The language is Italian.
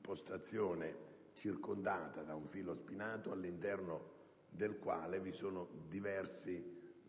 postazione circondata da un filo spinato, all'interno del quale vi sono diversi